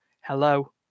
Hello